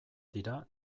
dira